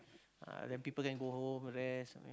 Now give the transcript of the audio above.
ah then people can go home rest